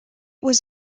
was